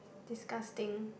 disgusting